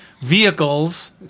vehicles